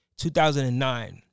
2009